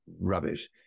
rubbish